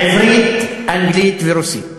עברית, אנגלית ורוסית.